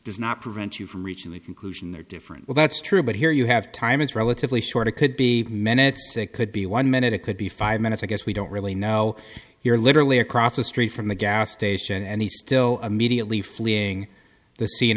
does not prevent you from reaching the conclusion they're different well that's true but here you have time it's relatively short it could be many could be one minute it could be five minutes i guess we don't really know you're literally across the street from the gas station and he still immediately fleeing the scene